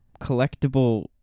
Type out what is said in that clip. collectible